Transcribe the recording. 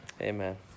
amen